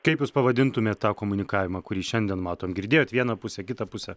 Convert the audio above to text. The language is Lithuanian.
kaip jūs pavadintumėte tą komunikavimą kurį šiandien matom girdėjot vieną pusę kitą pusę